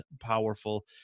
powerful